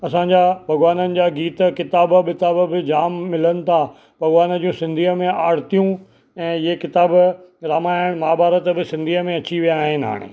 असांजा भॻवाननि जा गीत किताब ॿिताब बि जाम मिलनि था भॻवान जूं सिंधीअ मेंआरतियूं ऐं इहे किताब रामायण महाभारत बि सिंधीअ में अची विया आहिनि हाणे